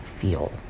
feel